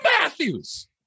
matthews